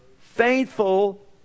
Faithful